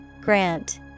Grant